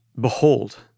Behold